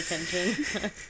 attention